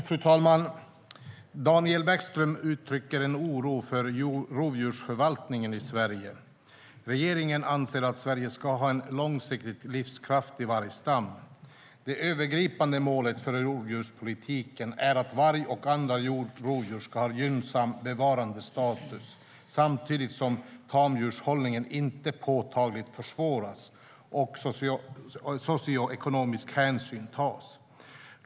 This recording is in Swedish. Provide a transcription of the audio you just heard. Fru talman! Daniel Bäckström uttrycker en oro för rovdjursförvaltningen i Sverige. Regeringen anser att Sverige ska ha en långsiktigt livskraftig vargstam. Det övergripande målet för rovdjurspolitiken är att varg och andra rovdjur ska ha gynnsam bevarandestatus samtidigt som tamdjurshållning inte påtagligt försvåras och socioekonomisk hänsyn tas.